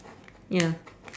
ya